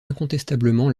incontestablement